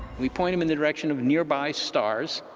we point them in the direction of nearby stars,